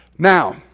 Now